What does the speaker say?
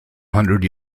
hundred